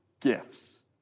gifts